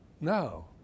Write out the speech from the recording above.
No